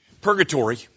purgatory